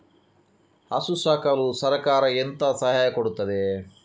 ಹಸು ಸಾಕಲು ಸರಕಾರ ಎಂತ ಸಹಾಯ ಕೊಡುತ್ತದೆ?